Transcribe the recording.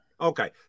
Okay